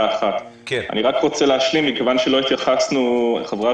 אני רק רוצה להשלים מכיוון שלא התייחסנו וחברי